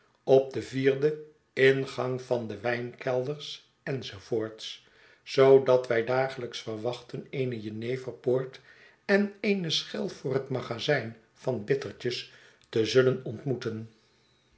op de vierde ingang van de wijnkelders enz zoodat wij dagelijks verwachten eene jeneverpoort en eene t schel voor het magazijn van bittertjes te zullen ontmoeten